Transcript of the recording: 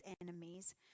enemies